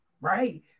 Right